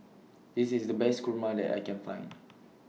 This IS The Best Kurma that I Can Find